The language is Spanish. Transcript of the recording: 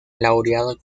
laureado